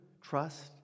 trust